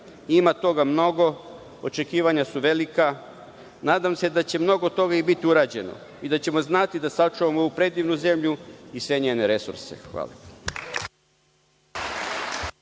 Ima toga mnogo. Očekivanja su velika. Nadam se da će mnogo toga i biti urađeno i da ćemo znati da sačuvamo ovu predivnu zemlju i sve njene resurse. Hvala.